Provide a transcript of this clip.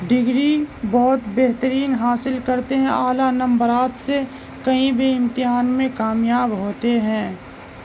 degree بہت بہترین حاصل کرتے ہیں اعلیٰ نمبرات سے کہیں بھی امتحان میں کامیاب ہوتے ہیں